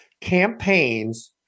campaigns